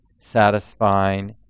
satisfying